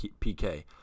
PK